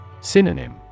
Synonym